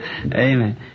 Amen